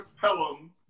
Pelham